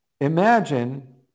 Imagine